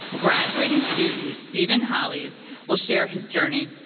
graduating student steven hollies will share his journey.